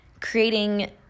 creating